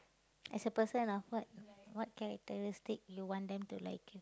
as a person of what what characteristic you want them to like you